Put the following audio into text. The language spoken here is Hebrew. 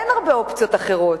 אין הרבה אופציות אחרות,